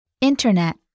Internet